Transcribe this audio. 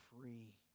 free